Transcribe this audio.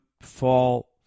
fall